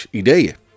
ideeën